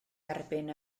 erbyn